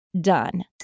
done